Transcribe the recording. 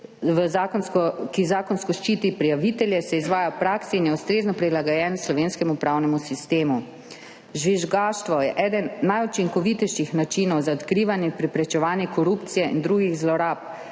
ki zakonsko ščiti prijavitelje, se izvaja v praksi in je ustrezno prilagojen slovenskemu pravnemu sistemu. Žvižgaštvo je eden najučinkovitejših načinov za odkrivanje in preprečevanje korupcije in drugih zlorab.